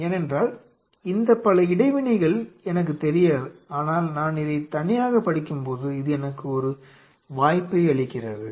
ஏனென்றால் இந்த பல இடைவினைகள் எனக்குத் தெரியாது ஆனால் நான் இதை தனியாகப் படிக்கும்போது இது எனக்கு ஒரு வாய்ப்பை அளிக்கிறது